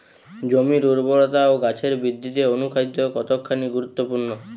জমির উর্বরতা ও গাছের বৃদ্ধিতে অনুখাদ্য কতখানি গুরুত্বপূর্ণ?